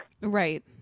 Right